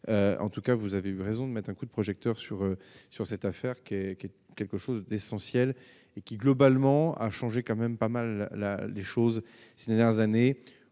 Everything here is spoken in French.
en tout cas, vous avez eu raison de mettre un coup de projecteur sur sur cette affaire qui est, qui est quelque chose d'essentiel et qui globalement changé quand même pas mal, là les choses c'est dernières années